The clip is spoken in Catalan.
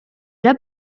era